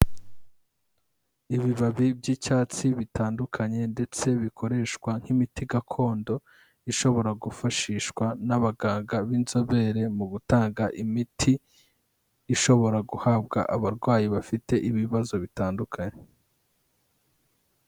Ibibabi by'icyatsi bitandukanye ndetse bikoreshwa nk'imiti gakondo ishobora gufashishwa n'abaganga b'inzobere mu gutanga imiti ishobora guhabwa abarwayi bafite ibibazo bitandukanye.